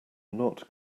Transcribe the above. not